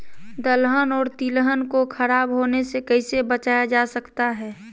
दलहन और तिलहन को खराब होने से कैसे बचाया जा सकता है?